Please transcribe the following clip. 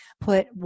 put